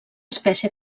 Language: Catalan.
espècie